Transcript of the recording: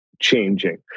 changing